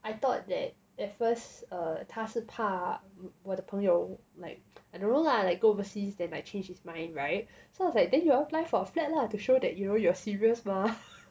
I thought that at first 他是怕我的朋友 like I don't know lah like go overseas then like change his mind [right] so I was like then you all apply for a flat lah to show that you know you are serious mah